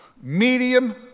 medium